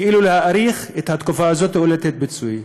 כאילו להאריך את התקופה הזאת או לתת פיצוי.